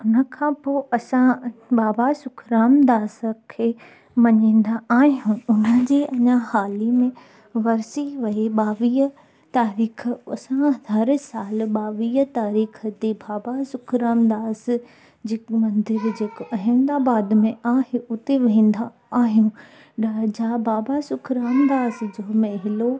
हुन खां पोइ असां बाबा सुखरामदास खे मञींदा आहियूं उनजी अञा हाल ई में वर्सी वई ॿावीअ तारीख़ असां हर साल ॿावीअ तारीख़ ते बाबा सुखराम दास जी मंदर जेको अहमदाबाद में आहे उते वेंदा आहियूं ॾह जा बाबा सुखराम दास जो मेलो